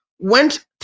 went